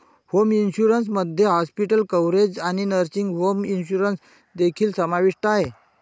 home insurance मध्ये hospital coverage आणि nursing home insurance देखील समाविष्ट आहे